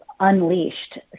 unleashed